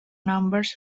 numbers